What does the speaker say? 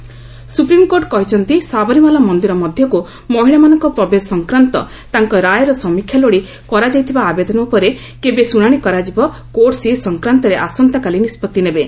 Sabarimala supreme court କହିଛନ୍ତି ସାବରିମାଳା ମନ୍ଦିର ମଧ୍ୟକୁ ମହିଳାମାନଙ୍କ ପ୍ରବେଶ ସଂକ୍ରାନ୍ତ ତାଙ୍କ ରାୟର ସମୀକ୍ଷା ଲୋଡି କରାଯାଇଥିବା ଆବେଦନ ଉପରେ କେବେ ଶୁଣାଶି କରାଯିବ କୋର୍ଟ ସେ ସଂକ୍ରାନ୍ତରେ ଆସନ୍ତାକାଲି ନିଷ୍ପଭି ନେବେ